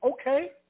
okay